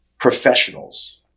professionals